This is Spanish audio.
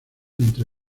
entre